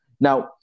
Now